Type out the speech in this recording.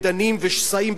מדנים ושסעים,